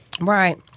Right